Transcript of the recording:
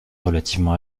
relativement